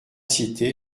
cité